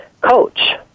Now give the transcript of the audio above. coach